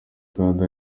kandi